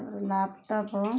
laptop